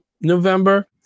November